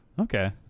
Okay